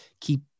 keep